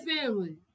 Family